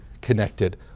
connected